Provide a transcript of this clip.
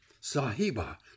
Sahiba